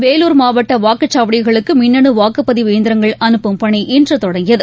வேலூர் மாவட்ட வாக்குச்சாவடிகளுக்கு மின்னணு வாக்குப்பதிவு இயந்திரங்கள் அனுப்பும் பணி இன்று தொடங்கியகு